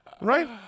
Right